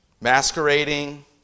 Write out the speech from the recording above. Masquerading